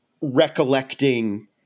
recollecting